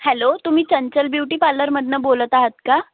hello तुम्ही Chanchal beauty पार्लरमधून बोलत आहात का